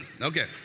Okay